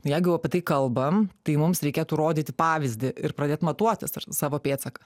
jeigu apie tai kalbam tai mums reikėtų rodyti pavyzdį ir pradėt matuotis savo pėdsaką